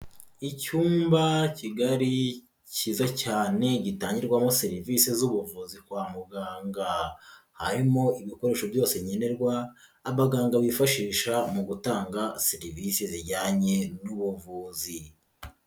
Icyumba kigari cyiza cyane gitangirwamo serivisi z'ubuvuzi kwa muganga, harimo ibikoresho byose nkenenerwa abaganga bifashisha mu gutanga serivisi zijyanye n'ubuvuzi.